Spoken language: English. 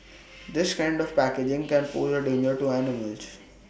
this kind of packaging can pose A danger to animals